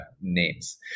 names